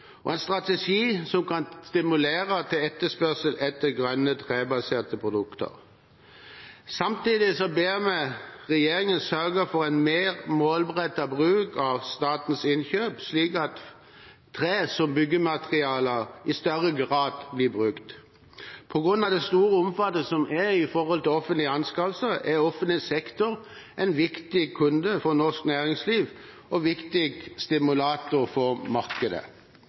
og en strategi som kan stimulere til etterspørsel etter grønne, trebaserte produkter. Samtidig ber vi regjeringen sørge for en mer målrettet bruk av statens innkjøp, slik at tre som byggemateriale i større grad blir brukt. På grunn av det store omfanget av offentlige anskaffelser er offentlig sektor en viktig kunde for norsk næringsliv og en viktig stimulator for markedet.